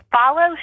follow